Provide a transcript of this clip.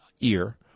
ear